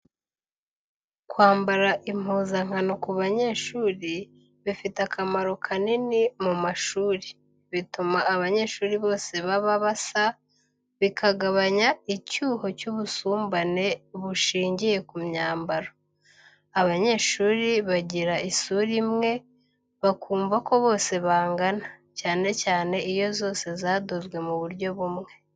Kwambara impuzankano ku banyeshuri bifite akamaro kanini mu mashuri. Bituma abanyeshuri bose baba basa, bikagabanya icyuho cy'ubusumbane bushingiye ku myambaro, abanyeshuri bagira isura imwe bakumva ko bose bangana, cyane cyane iyo zose zadozwe mu buryo bumwe.